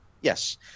yes